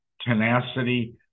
tenacity